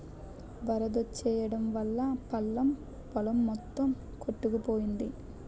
వరదొచ్చెయడం వల్లా పల్లం పొలం మొత్తం కొట్టుకుపోయింది